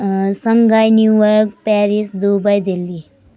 Shanghai New York Paris Dubai Delhi